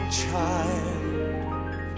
child